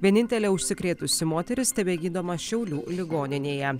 vienintelė užsikrėtusi moteris tebegydoma šiaulių ligoninėje